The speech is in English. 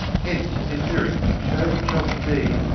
hence in his lyrics he shows himself to be,